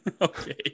Okay